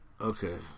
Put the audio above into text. Okay